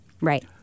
Right